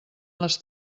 les